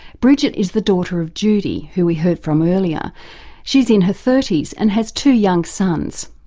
bridget is the daughter of judy, who we heard from earlier she's in her thirty s and has two young sons.